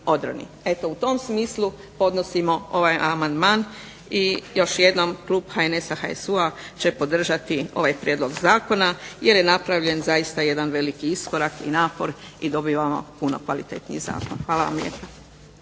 Eto, u tom smislu podnosimo ovaj amandman i još jednom Klub HNS HSU-a će podržati ovaj Prijedlog zakona jer je napravljen zaista jedan veliki iskorak i napor i dobivamo puno kvalitetniji zakon. Hvala vam lijepa.